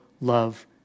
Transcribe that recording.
love